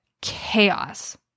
chaos